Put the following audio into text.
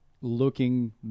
looking